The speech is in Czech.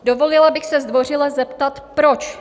Dovolila bych se zdvořile zeptat, proč.